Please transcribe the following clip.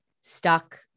stuck